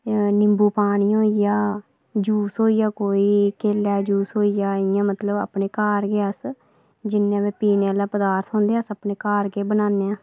इं'या नींबू पानी होइया जूस होइया कोई केले दा जूस होइया इं'या मतलब अपने घर गै अस जिन्ने बी पीने आह्ले पदार्थ होंदे अस घर गै बनाने आं